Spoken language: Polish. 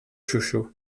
siusiu